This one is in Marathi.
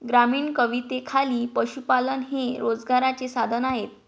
ग्रामीण कवितेखाली पशुपालन हे रोजगाराचे साधन आहे